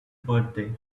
birthday